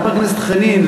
חבר הכנסת חנין,